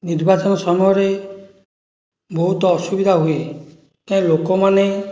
ନିର୍ବାଚନ ସମୟରେ ବହୁତ ଅସୁବିଧା ହୁଏ କାହିଁକି ଲୋକମାନେ